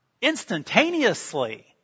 instantaneously